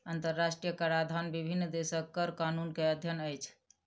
अंतरराष्ट्रीय कराधन विभिन्न देशक कर कानून के अध्ययन अछि